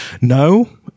No